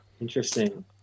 Interesting